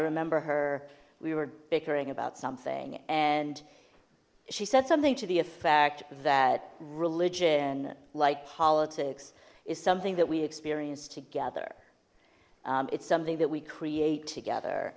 remember her we were bickering about something and she said something to the effect that religion like politics is something that we experienced together it's something that we create together